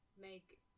make